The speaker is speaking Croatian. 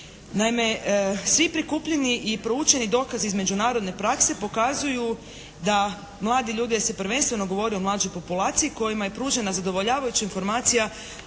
Naime, svi prikupljeni i proučeni dokazi iz međunarodne prakse pokazuju da mlade ljude, jer se prvenstveno govori o mlađoj populaciji kojima je pružena zadovoljavajuća informacija